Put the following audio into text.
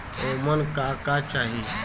ओमन का का चाही?